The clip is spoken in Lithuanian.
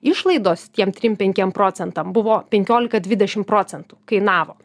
išlaidos tiem trim penkiem procentam buvo penkiolika dvidešim procentų kainavo